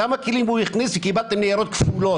כמה כלים הוא הכניס וקיבלתם ניירות כפולים?